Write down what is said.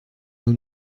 nous